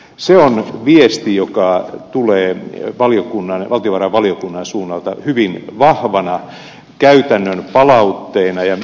se on viesti joka tulee valtiovarainvaliokunnan suunnalta hyvin vahvana käytännön palautteena